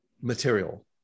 material